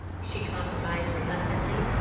she compromised reluctantly.